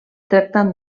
tractant